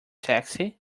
taxi